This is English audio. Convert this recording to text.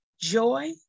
joy